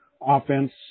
offense